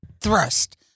thrust